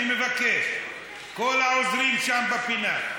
אני מבקש, כל העוזרים שם בפינה.